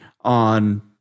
on